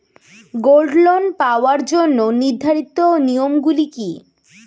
Gold loan পাওয়ার জন্য নির্ধারিত নিয়ম গুলি কি?